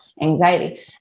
anxiety